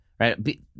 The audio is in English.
Right